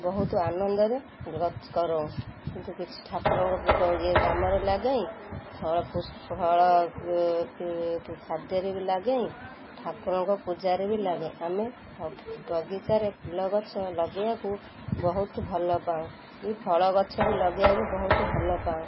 ବହୁତ ଆନନ୍ଦରେ କରୁ କିନ୍ତୁ କିଛି ଠାକୁରଙ୍କ ଇଏ କାମରେ ଲାଗାଏଁ ଫଳ ଫଳ ଖାଦ୍ୟରେ ବି ଲାଗେ ଠାକୁରଙ୍କ ପୂଜାରେ ବି ଲାଗେ ଆମେ ବଗିଚାରେ ଫୁଲ ଗଛ ଲଗାଇବାକୁ ବହୁତ ଭଲ ପାଉ ଫଳ ଗଛ ବି ଲଗାଇବାକୁ ବହୁତ ଭଲ ପାଉ